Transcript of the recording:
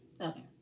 Okay